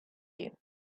you